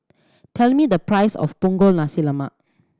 tell me the price of Punggol Nasi Lemak